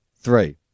three